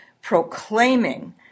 proclaiming